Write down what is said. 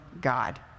God